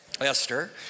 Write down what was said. Esther